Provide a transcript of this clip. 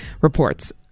reports